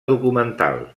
documental